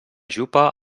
jupa